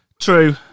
True